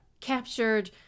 captured